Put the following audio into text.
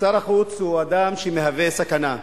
שר החוץ הוא אדם שמהווה סכנה,